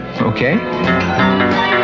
okay